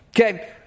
Okay